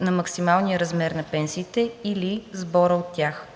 на максималния размер на пенсиите или сбора от тях.